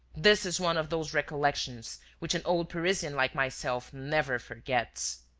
this is one of those recollections which an old parisian like myself never forgets.